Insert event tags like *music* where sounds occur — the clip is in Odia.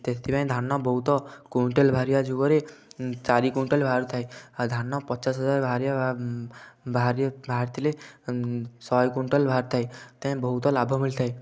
ସେଥିପାଇଁ ଧାନ ବହୁତ କୁଇଣ୍ଟାଲ ବାହାରିବା ଯୁଗରେ ଚାରି କୁଇଣ୍ଟାଲ ବାହାରୁଥାଏ ଧାନ ପଚାଶ ହଜାର ବାହାରିବା ବାହାରିଥିଲେ ଶହେ କୁଇଣ୍ଟାଲ ବାହାରିଥାଏ *unintelligible* ବହୁତ ଲାଭ ମିଳିଥାଏ